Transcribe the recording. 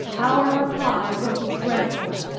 our reply will be dreadful.